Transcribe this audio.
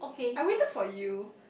I waited for you